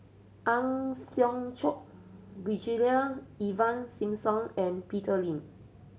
Ang Hiong Chiok Brigadier Ivan Simson and Peter Lee